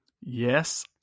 yes